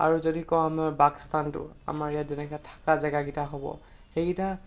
আৰু যদি কওঁ আমাৰ বাসস্থানটো আমাৰ ইয়াত যেনেকৈ থকা জেগাকেইটা হ'ব সেইকেইটা